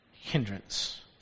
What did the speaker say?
hindrance